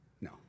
No